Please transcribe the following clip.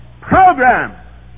program